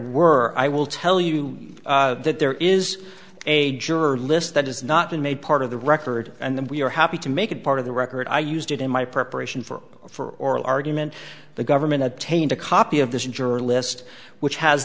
were i will tell you that there is a juror list that has not been made part of the record and then we are happy to make it part of the record i used it in my preparation for for oral argument the government obtained a copy of this juror list which has